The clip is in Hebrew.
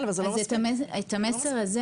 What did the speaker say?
את המסר הזה